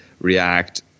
react